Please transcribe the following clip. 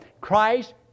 Christ